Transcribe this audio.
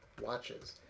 watches